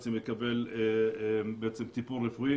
לקבל טיפול רפואי,